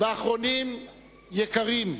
ואחרונים יקרים,